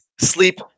sleep